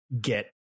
get